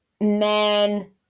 men